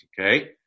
Okay